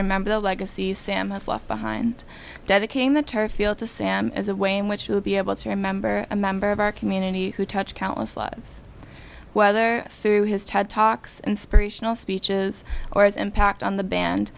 remember the legacy sam has left behind dedicating the turf field to sam as a way in which he would be able to remember a member of our community who touched countless lives whether through his ted talks inspirational speeches or impact on the band